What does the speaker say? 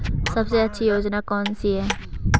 सबसे अच्छी योजना कोनसी है?